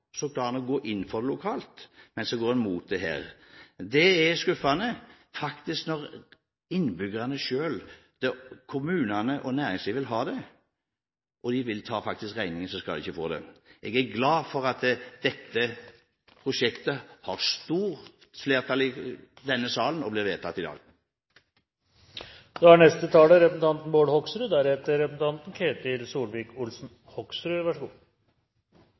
så kan man gå inn for det lokalt, går en imot det her. Det er skuffende. Når innbyggerne selv, kommunene og næringslivet vil ha det og vil ta regningen, så skal de ikke få det. Jeg er glad for at dette prosjektet har stort flertall i denne salen og blir vedtatt i dag. Etter å ha hørt på foregående taler